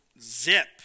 zip